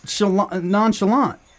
nonchalant